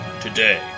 today